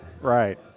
right